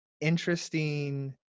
interesting